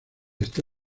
este